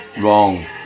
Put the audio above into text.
Wrong